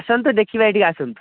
ଆସନ୍ତୁ ଦେଖିବେ ଏଠି ଆସନ୍ତୁ